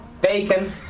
Bacon